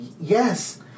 yes